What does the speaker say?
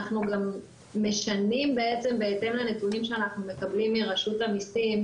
אנחנו גם משנים בהתאם לנתונים שאנחנו מקבלים מרשות המיסים,